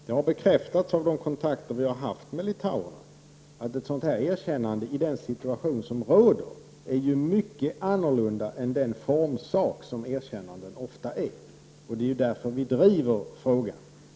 Det har bekräftats av våra kontakter med litauerna att ett sådant här erkännande i den situation som råder är något helt annorlunda än den formsak som erkännanden ofta är. Det är ju därför vi driver frågan.